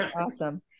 Awesome